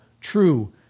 true